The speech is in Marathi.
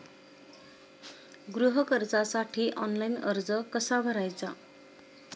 गृह कर्जासाठी ऑनलाइन अर्ज कसा भरायचा?